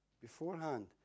beforehand